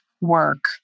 work